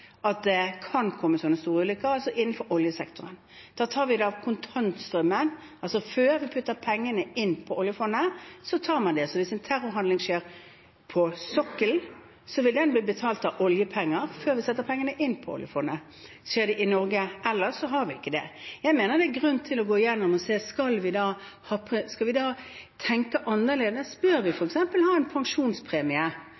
at det kan komme slike store ulykker, også innenfor oljesektoren. Da tar vi det av kontantstrømmen, altså før vi setter pengene inn på oljefondet. Så hvis en terrorhandling skjer på sokkelen, vil det bli betalt av oljepenger før vi setter pengene inn på oljefondet. Skjer det ellers i Norge, gjør vi ikke det. Jeg mener det er grunn til å gå igjennom og se om vi skal tenke annerledes. Bør vi f.eks. ha unntak fra selvassurandørprinsippet, som gjør at vi